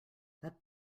that